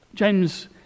James